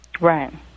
Right